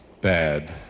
bad